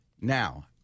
Now